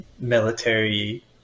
military